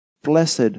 blessed